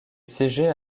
siégeait